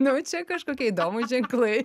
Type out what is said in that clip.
jau čia kažkokie įdomūs ženklai